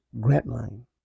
Grantline